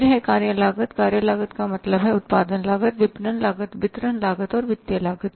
फिर है कार्य लागत कार्य लागत का मतलब है उत्पादन लागत विपणन लागत वितरण लागत और वित्तीय लागत